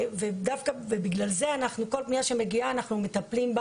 ולכן בכל פנייה שמגיעה אנחנו מטפלים,